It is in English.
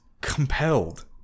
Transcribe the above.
compelled